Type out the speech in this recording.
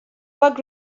bug